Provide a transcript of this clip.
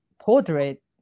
portrait